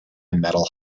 metal